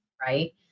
right